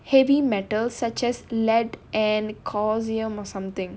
heavy metals such as lead and caesium or something